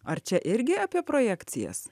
ar čia irgi apie projekcijas